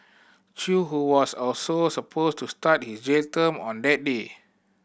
chew who was also supposed to start his jail term on that day